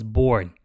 born